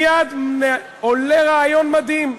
מייד עולה רעיון מדהים: